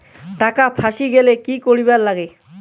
টাকা ফাঁসি গেলে কি করিবার লাগে?